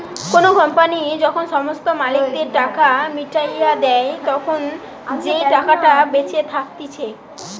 কোনো কোম্পানি যখন সমস্ত মালিকদের টাকা মিটাইয়া দেই, তখন যেই টাকাটা বেঁচে থাকতিছে